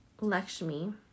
Lakshmi